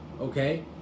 okay